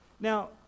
Now